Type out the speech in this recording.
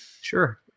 Sure